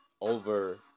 over